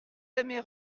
aimez